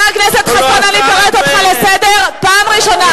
חבר הכנסת חסון, אני קוראת אותך לסדר פעם ראשונה.